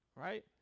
Right